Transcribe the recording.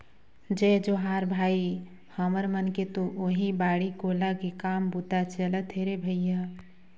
जय जोहार भाई, हमर मन के तो ओहीं बाड़ी कोला के काम बूता चलत हे रे भइया